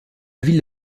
ville